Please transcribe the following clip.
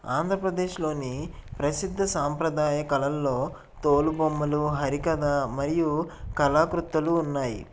ఆంధ్రప్రదేశ్లోని ప్రసిద్ద సాంప్రదాయ కళలలో తోలుబొమ్మలు హరికథ మరియు కళాకృత్తులు ఉన్నాయి